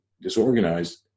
disorganized